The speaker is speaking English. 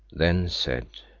then said,